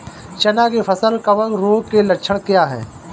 चना की फसल कवक रोग के लक्षण क्या है?